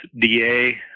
DA